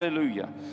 Hallelujah